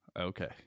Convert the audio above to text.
Okay